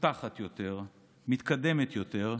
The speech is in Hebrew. מפותחת יותר, מתקדמת יותר,